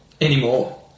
Anymore